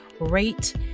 rate